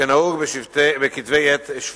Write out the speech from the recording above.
כנהוג בכתבי-עת שפיטים.